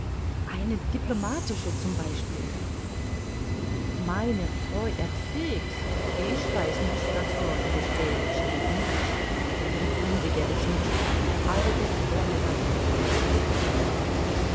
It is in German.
eine diplomatische z b meiner treu herr fix ich weiß nichts davon gestehe ich ihnen und im grunde gäb ich nicht eine halbe krone darum es zu wissen